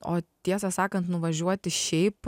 o tiesą sakan nuvažiuoti šiaip